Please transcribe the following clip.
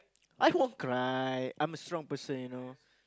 I won't cry I'm a strong person you know